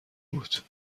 بود